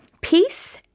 Peace